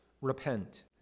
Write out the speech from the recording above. repent